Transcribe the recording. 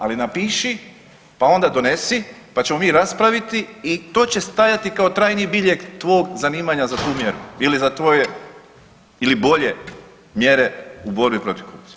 Ali napiši pa onda donesi pa ćemo mi raspraviti i to će stajati kao trajni biljeg tvog zanimanja za tu mjeru ili za tvoje ili bolje mjere u borbi protiv korupcije.